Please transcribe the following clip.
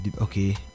okay